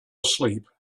asleep